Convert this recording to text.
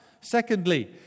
secondly